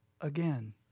again